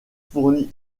fournit